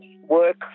work